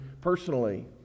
personally